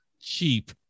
cheap